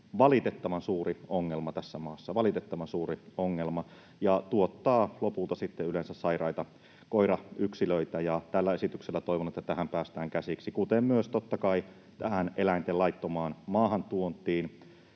valitettavan suuri ongelma tässä maassa, valitettavan suuri ongelma, ja tuottaa lopulta sitten yleensä sairaita koirayksilöitä. Toivon, että tällä esityksellä tähän päästään käsiksi, kuten myös totta kai tähän eläinten laittomaan maahantuontiin.